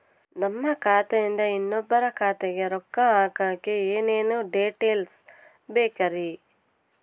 ನಮ್ಮ ಖಾತೆಯಿಂದ ಇನ್ನೊಬ್ಬರ ಖಾತೆಗೆ ರೊಕ್ಕ ಹಾಕಕ್ಕೆ ಏನೇನು ಡೇಟೇಲ್ಸ್ ಬೇಕರಿ?